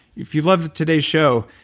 if you loved today's show,